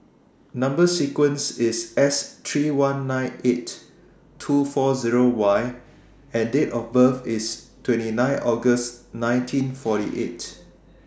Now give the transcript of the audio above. Number sequence IS S three one nine eight two four Zero Y and Date of birth IS twenty nine August nineteen forty eight